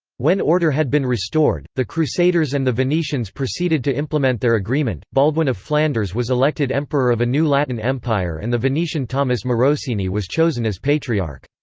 when order had been restored, the crusaders and the venetians proceeded to implement their agreement baldwin of flanders was elected emperor of a new latin empire and the venetian thomas morosini was chosen as patriarch.